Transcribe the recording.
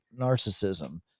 narcissism